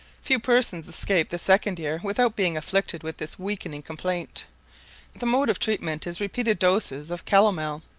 few persons escape the second year without being afflicted with this weakening complaint the mode of treatment is repeated doses of calomel,